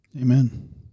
Amen